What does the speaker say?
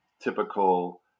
typical